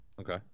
okay